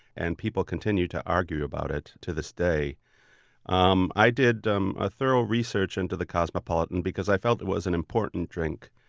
and people continue to argue about it to this day um i did um ah thorough research into the cosmopolitan because i felt it was an important drink.